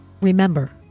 Remember